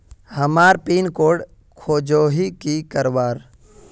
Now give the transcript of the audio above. हमार pin code खोजोही की करवार?